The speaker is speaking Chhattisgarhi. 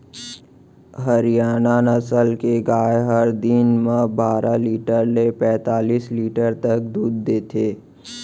हरियाना नसल के गाय हर दिन म बारा लीटर ले पैतालिस लीटर तक दूद देथे